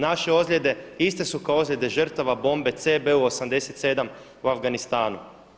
Naše ozljede iste su kao ozljede žrtava bomce CBU-87 u Afganistanu.